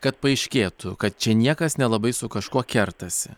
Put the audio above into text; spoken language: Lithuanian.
kad paaiškėtų kad čia niekas nelabai su kažkuo kertasi